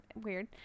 weird